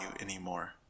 anymore